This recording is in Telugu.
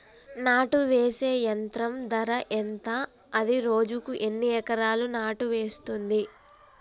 నాటు వేసే యంత్రం ధర ఎంత? అది రోజుకు ఎన్ని ఎకరాలు నాటు వేస్తుంది?